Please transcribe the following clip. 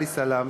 עלי סלאם,